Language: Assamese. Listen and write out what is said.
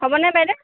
হ'বনে বাইদেউ